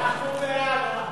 אנחנו בעד.